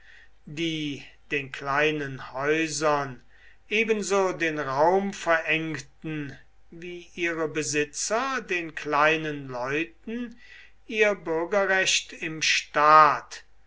die den kleinen häusern ebenso den raum verengten wie ihre besitzer den kleinen leuten ihr bürgerrecht im staat